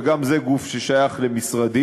וגם זה גוף ששייך למשרדי,